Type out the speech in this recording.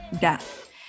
death